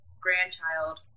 grandchild